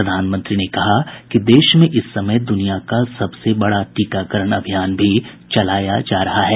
प्रधानमंत्री ने कहा कि देश में इस समय दुनिया का सबसे बड़ा टीकाकरण अभियान भी चलाया जा रहा है